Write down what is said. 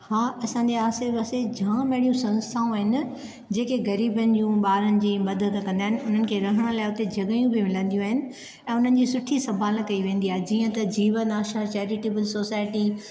हां असां जे आसे पासे जाम अहिड़ियूं संस्थाऊं आहिनि जेके ग़रीबनि जूं ॿारनि जी मदद कंदा आहिनि उन्हनि खे रहण लाए उते जॻहियूं बि मिलन्दियूं आहिनि ऐं उन्हनि जी सुठी संभाल कई वेन्दी आहे जीअं त जीवन आशा चैरिटेबल सोसाइटी